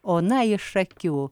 ona iš akių